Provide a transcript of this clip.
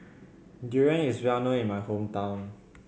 durian is well known in my hometown